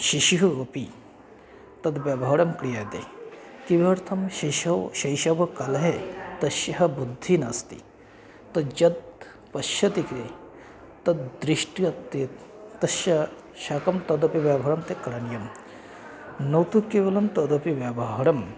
शिशुः अपि तत् व्यवहारं क्रियते किमर्थं शिशोः शैशवकाले तस्य बुद्धिः नास्ति तद्यत् पश्यति तद्दृष्ट्या ते तस्य साकं तदपि व्यवहारं ते करणीयं न तु केवलं तदपि व्यवहारं